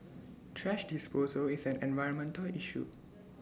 thrash disposal is an environmental issue